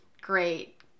great